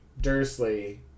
dursley